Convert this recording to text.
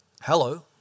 Hello